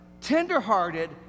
tenderhearted